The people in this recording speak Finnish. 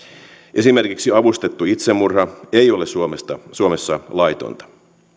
esimerkiksi avustettu itsemurha ei ole suomessa laitonta